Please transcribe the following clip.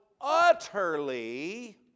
utterly